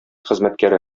хезмәткәре